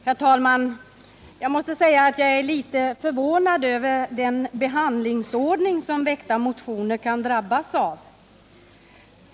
Herr talman! Jag måste säga att jag är litet förvånad över den behandlingsordning som väckta motioner kan drabbas av.